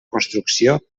construcció